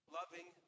loving